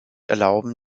erlauben